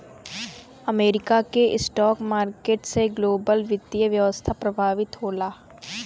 America के stock market से ग्लोबल वित्तीय व्यवस्था प्रभावित होला